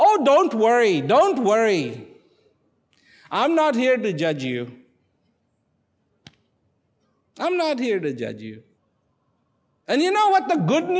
oh don't worry don't worry i'm not here to judge you i'm not here to judge you and you know what the good